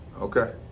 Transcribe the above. Okay